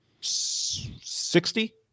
sixty